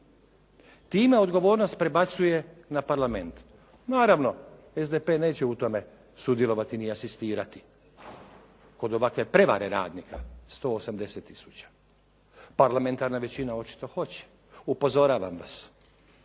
Time odgovornost prebacuje na Parlament. Naravno, SDP neće u tome sudjelovati ni asistirati kod ovakve prevare radnika 180000. Parlamentarna većina očito hoće. Upozoravam vas